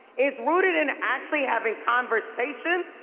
it's rooted in actually having conversation.